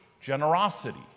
generosity